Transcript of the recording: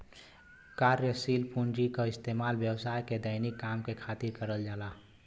कार्यशील पूँजी क इस्तेमाल व्यवसाय के दैनिक काम के खातिर करल जाला